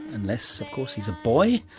unless of course he's a boy,